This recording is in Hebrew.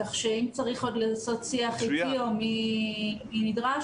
כך שאם צריך עוד לעשות שיח אתי או עם מי שנדרש,